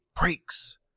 breaks